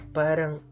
parang